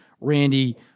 Randy